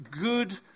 good